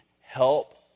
help